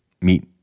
meet